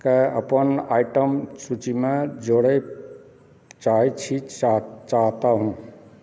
के अपन आइटम सूचिमे जोड़ै चाहैत छी चाहता हूँ